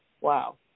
Wow